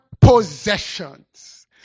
possessions